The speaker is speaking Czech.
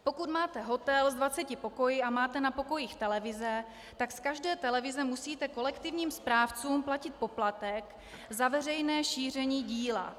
Pokud máte hotel s 20 pokoji a máte na pokojích televize, tak z každé televize musíte kolektivním správcům platit poplatek za veřejné šíření díla.